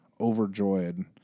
overjoyed